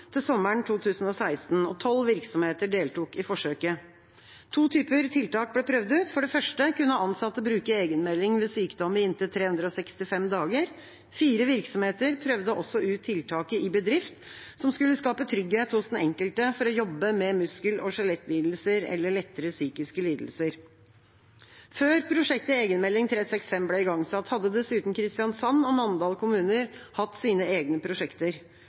til sommeren 2016. 12 virksomheter deltok i forsøket. To typer tiltak ble prøvd ut: For det første kunne ansatte bruke egenmelding ved sykdom i inntil 365 dager. Fire virksomheter prøvde også ut tiltaket iBedrift, som skulle skape trygghet hos den enkelte for å jobbe med muskel- og skjelettlidelser eller lettere psykiske lidelser. Før prosjektet Egenmelding 365 ble igangsatt, hadde dessuten Kristiansand og Mandal kommuner hatt sine egne prosjekter.